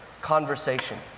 conversation